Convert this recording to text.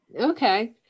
Okay